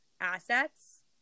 assets